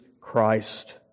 Christ